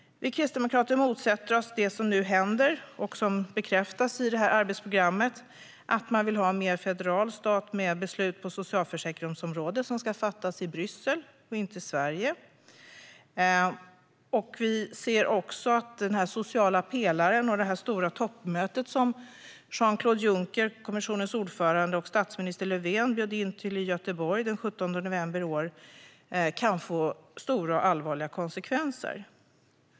Vi kristdemokrater motsätter oss det som nu händer och som bekräftas i arbetsprogrammet, nämligen att man vill ha en mer federal stat där beslut på socialförsäkringsområdet ska fattas i Bryssel och inte i Sverige. Vi ser också att den sociala pelaren och det stora toppmöte som kommissionens ordförande Jean-Claude Juncker och statsminister Löfven bjöd in i till i Göteborg den 17 november i år kan få stora och allvarliga konsekvenser.